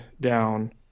down